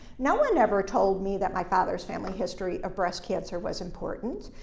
no one ever told me that my father's family history of breast cancer was important.